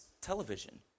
television